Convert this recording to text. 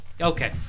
okay